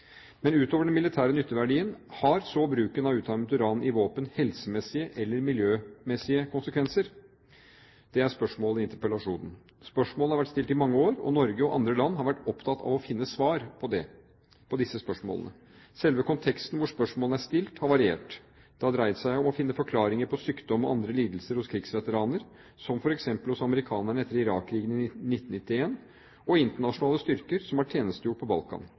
Men utover den militære nytteverdien, har så bruken av utarmet uran i våpen helsemessige eller miljømessige konsekvenser? Det er spørsmålet i interpellasjonen. Spørsmålet har vært stilt i mange år, og Norge og andre land har vært opptatt av å finne svar på disse spørsmålene. Selve konteksten hvor spørsmålene er stilt, har variert. Det har dreid seg om å finne forklaringer på sykdom og andre lidelser hos krigsveteraner som f.eks. hos amerikanerne etter Irak-krigen i 1991 og internasjonale styrker som har tjenestegjort på Balkan.